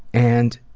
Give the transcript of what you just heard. and